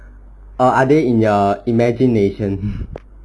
or are they in your imagination